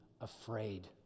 afraid